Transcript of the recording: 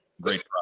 great